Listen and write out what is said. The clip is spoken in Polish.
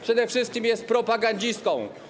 Przede wszystkim jest propagandzistą.